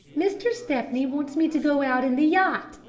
mr. stepney wants me to go out in the yacht,